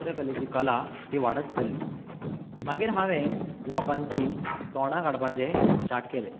चित्रकलेची कला ही वाडत चल्ली मागीर हांवें लोकांची तोंडा काडपाचे स्टार्ट केले